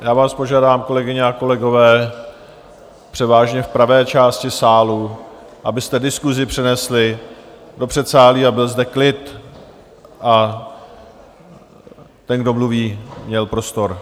Já vás požádám, kolegyně a kolegové, převážně v pravé části sálu, abyste diskusi přenesli do předsálí a byl zde klid, aby ten, kdo mluví, měl prostor.